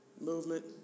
Movement